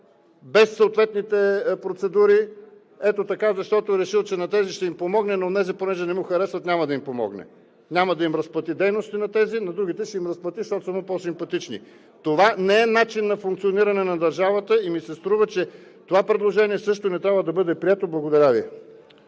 без съответните процедури – ето така, защото е решил, че на тези ще им помогне, на онези, понеже не му харесват, няма да им помогне. Няма да им разплати дейностите на тези, на другите ще им разплати, защото са му по-симпатични. Това не е начин на функциониране на държавата и ми се струва, че това предложение също не трябва да бъде прието. Благодаря Ви.